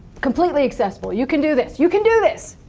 completely accessible, you can do this. you can do this!